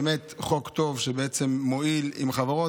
באמת, חוק טוב, שבעצם מועיל לחברות.